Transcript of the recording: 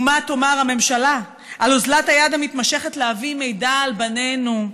ומה תאמר הממשלה על אוזלת היד המתמשכת להביא מידע על בנינו?